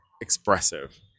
expressive